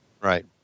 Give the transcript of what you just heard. Right